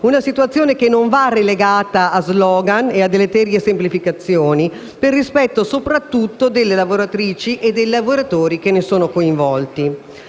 una situazione che non va relegata a *slogan* e a deleterie semplificazioni per rispetto soprattutto delle lavoratrici e dei lavoratori coinvolti.